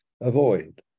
avoid